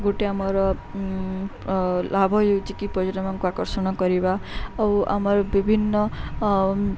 ଗୋଟେ ଆମର ଲାଭ ହେଉଛି କି ପର୍ଯ୍ୟଟମାନଙ୍କୁ ଆକର୍ଷଣ କରିବା ଆଉ ଆମର ବିଭିନ୍ନ